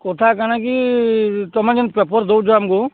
କଥା କାଣା କି ତୁମେ ଯେମିତି ପେପର୍ ଦେଉଛ ଆମକୁ